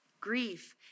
Grief